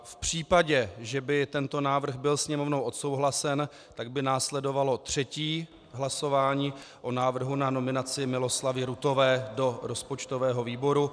V případě, že by tento návrh byl Sněmovnou odsouhlasen, tak by následovalo třetí hlasování o návrhu na nominaci Miloslavy Ruthové do rozpočtového výboru.